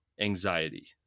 anxiety